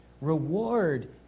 Reward